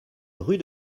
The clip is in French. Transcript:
rue